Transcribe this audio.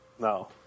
No